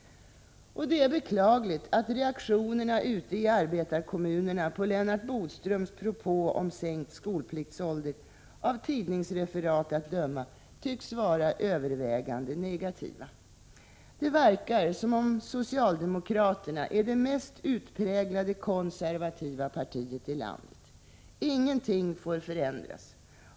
Det är beklagligt att reaktionerna ute i arbetarkommunerna på Lennart Bodströms propå om sänkt skolpliktsålder — av tidningsreferat att döma — tycks vara övervägande negativa. Det verkar som om socialdemokraterna är det mest utpräglade konservativa partiet i landet. Ingenting får förändras.